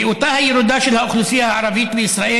בריאותה הירודה של האוכלוסייה הערבית בישראל